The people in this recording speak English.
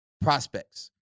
prospects